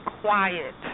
quiet